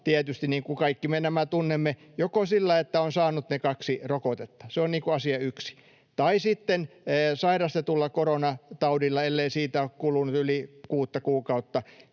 tietysti kaikki me nämä tunnemme — joko sillä, että on saanut ne kaksi rokotetta, se on asia yksi, tai sitten sairastetulla koronataudilla, ellei siitä ole kulunut yli kuutta kuukautta.